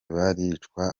baricwa